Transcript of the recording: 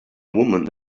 woman